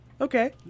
okay